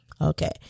Okay